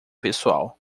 pessoal